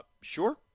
Sure